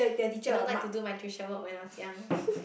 I don't like to do my tuition work when I was young